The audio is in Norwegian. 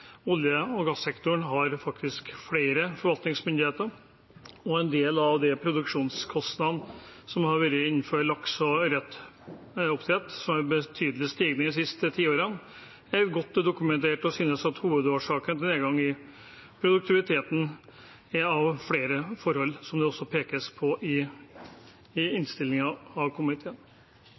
olje- og gassektoren faktisk har flere forvaltningsmyndigheter, samt at en del av produksjonskostnadene innenfor lakse- og ørretoppdrett har hatt en betydelig stigning de siste ti årene, og at dette er godt dokumentert og synes å være hovedårsaken til nedgang i produktiviteten. Dette er blant flere forhold som det pekes på i innstillingen fra komiteen.